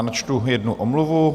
Načtu jednu omluvu.